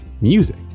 music